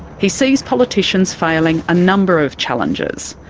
he sees politicians failing a number of challenges.